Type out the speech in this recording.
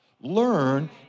Learn